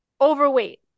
overweight